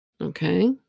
Okay